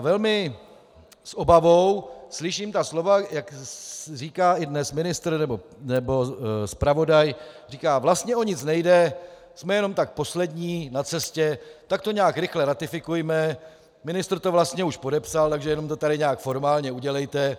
Velmi s obavou tedy slyším ta slova, jak říká i dnes ministr, nebo zpravodaj říká: vlastně o nic nejde, jsme jenom tak poslední na cestě, tak to nějak rychle ratifikujme, ministr to vlastně už podepsal, jenom to tady nějak formálně udělejte.